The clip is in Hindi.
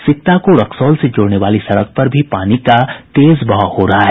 सिकटा को रक्सौल से जोड़ने वाली सड़क पर भी पानी का तेज बहाव हो रहा है